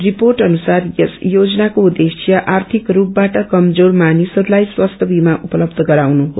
report अनुसार यस योजनाको उद्देश्य आर्थिक रूपवाट कमजोर मानिसहरूलाई स्वास्थ्य बीमा उपलब्ध गराउनु हो